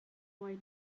white